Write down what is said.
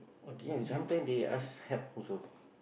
ya sometimes they ask help also